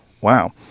Wow